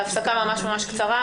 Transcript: להפסקה ממש ממש קצרה,